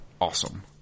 awesome